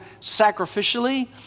sacrificially